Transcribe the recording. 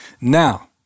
Now